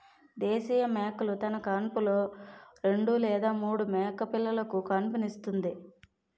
దేశీయ మేకలు తన కాన్పులో రెండు లేదా మూడు మేకపిల్లలుకు కాన్పుస్తుంది